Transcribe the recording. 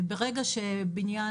ברגע שבניין,